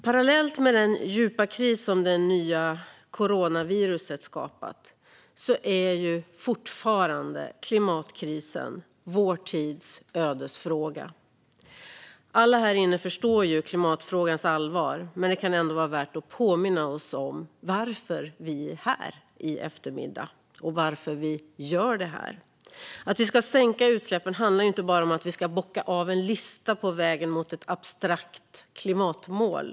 Parallellt med den djupa kris som det nya coronaviruset har skapat är klimatkrisen fortfarande vår tids ödesfråga. Alla i den här kammaren förstår klimatfrågans allvar, men det kan ändå vara värt att påminna oss om varför vi är här i eftermiddag och varför vi gör det här. Att vi ska sänka utsläppen handlar inte bara om att bocka av en lista på vägen mot ett abstrakt klimatmål.